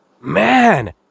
Man